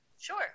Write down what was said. Sure